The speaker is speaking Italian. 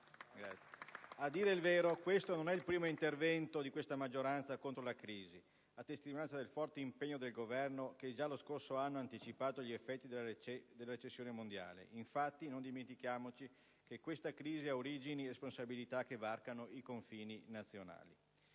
A dire il vero, questo non è il primo intervento di questa maggioranza contro la crisi, a testimonianza del forte impegno del Governo, che già lo scorso anno ha anticipato gli effetti della recessione mondiale. Infatti, non dimentichiamoci che questa crisi ha origini e responsabilità che varcano i confini nazionali.